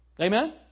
Amen